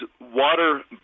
water